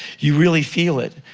you really feel it.